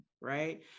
right